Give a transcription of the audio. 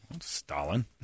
Stalin